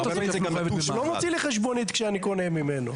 הוא לא מוציא חשבונית כשאני קונה ממנו.